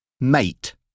Mate